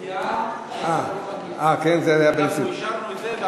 אנחנו אישרנו את זה,